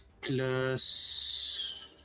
plus